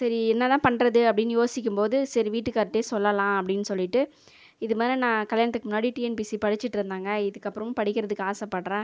சரி என்னதான் பண்ணுறது அப்படின்னு யோசிக்கும் போது சரி வீட்டுக்கார்ட்டேயே சொல்லலாம் அப்படின்னு சொல்லிவிட்டு இதுமாரி நான் கல்யாணத்துக்கு முன்னாடி டிஎன்பிஎஸ்சி படிச்சிட்ருந்தேங்க இதுக்கப்புறமும் படிக்கிறதுக்கு ஆசைப்பட்றேன்